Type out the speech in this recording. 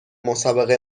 مسابقه